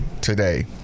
today